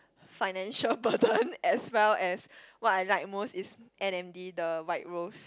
financial burden as well as what I like most is N_M_D the white rose